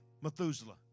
Methuselah